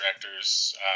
directors